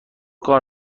کار